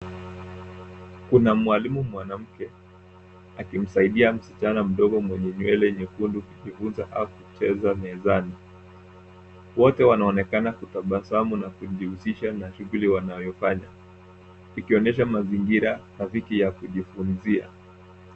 Kuna mwalimu mwanamke akimsaidia msichana mdogo mwenye nywele nyekundu kujifunza au kucheza mezani. Wote wanaonekana kutabasamu na kujihusisha na shughuli wanayofanya ikionyesha mazingira rafiki ya kujifunzia.